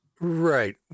Right